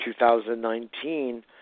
2019